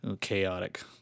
chaotic